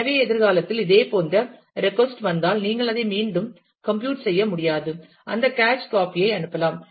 எனவே எதிர்காலத்தில் இதேபோன்ற ரெட்கொஸ்ட் வந்தால் நீங்கள் அதை மீண்டும் கம்ப்யூட் செய்ய முடியாது அந்த கேச் காப்பி ஐ அனுப்பலாம்